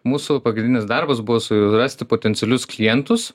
mūsų pagrindinis darbas buvo surasti potencialius klientus